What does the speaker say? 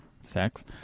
sex